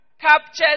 captures